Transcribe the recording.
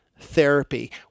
therapy